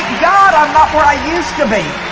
god, i'm not where i used to be